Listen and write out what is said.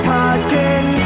Touching